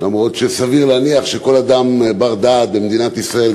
אף שסביר להניח שכל אדם בר-דעת במדינת ישראל,